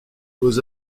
beaux